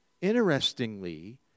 Interestingly